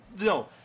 No